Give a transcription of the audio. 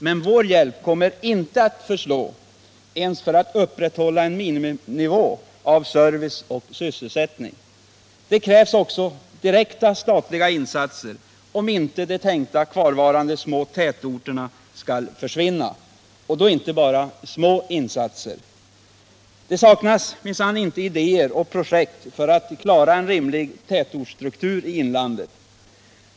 Men vår hjälp kommer inte att förslå ens för att upp rätthålla en miniminivå av service och sysselsättning. Det krävs också direkta statliga insatser om inte de tänkta kvarvarande små tätorterna skall försvinna — och då inte bara små insatser. Det saknas minsann inte idéer och projekt för att klara en rimlig tätortsstruktur i inlandet.